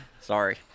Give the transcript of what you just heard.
Sorry